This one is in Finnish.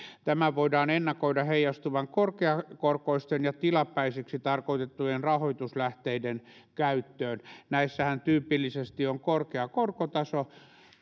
tämän voidaan ennakoida heijastuvan korkeakorkoisten ja tilapäisiksi tarkoitettujen rahoituslähteiden käyttöön näissähän tyypillisesti on korkea korkotaso